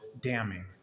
damning